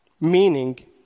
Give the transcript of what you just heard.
meaning